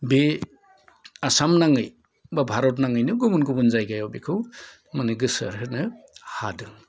बे आसाम नाङै बा भारत नाङैनो गुबुन गुबुन जायगायाव बेखौ गोसार होनो हादों